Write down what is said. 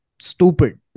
stupid